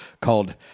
called